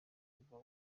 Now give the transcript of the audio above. kuva